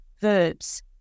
verbs